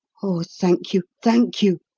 oh, thank you, thank you!